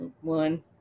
One